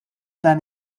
dan